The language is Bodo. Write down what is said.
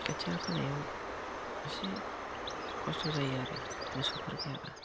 खोथिया फोनायाव एसे खस्थ' जायो आरो मोसौफोर गैयाबा